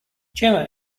jemma